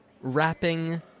rapping